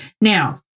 Now